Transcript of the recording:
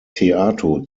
theato